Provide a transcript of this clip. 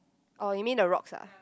orh you mean the rocks ah